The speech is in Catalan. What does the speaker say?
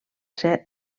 ser